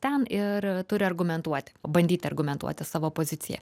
ten ir turi argumentuoti bandyti argumentuoti savo poziciją